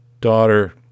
daughter